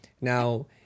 Now